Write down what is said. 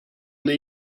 they